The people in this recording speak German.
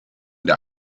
der